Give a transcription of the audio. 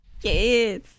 Yes